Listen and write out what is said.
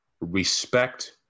respect